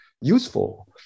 useful